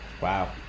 Wow